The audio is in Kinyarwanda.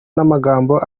n’amagambo